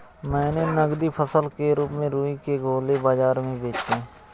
मैंने नगदी फसल के रूप में रुई के गोले बाजार में बेचे हैं